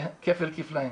כפל כפליים.